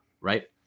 right